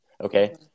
Okay